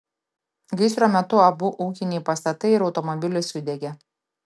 gaisro metu abu ūkiniai pastatai ir automobilis sudegė